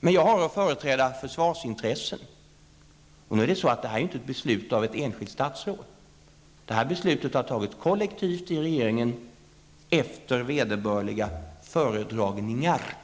Jag har att företräda försvarsintressen. Detta är inte ett beslut av ett enskilt statsråd. Detta beslut har fattats kollektivt i regeringen efter vederbörliga föredragningar,